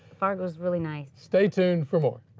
fargo is really nice. stay tuned for more.